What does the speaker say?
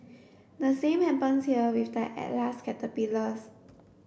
the same happens here with the Atlas caterpillars